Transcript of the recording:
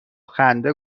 خنده